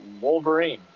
Wolverine